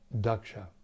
Daksha